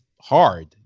hard